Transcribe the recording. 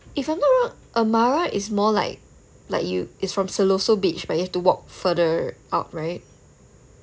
if I'm not wrong amara is more like like you it's from siloso beach but you have to walk further out right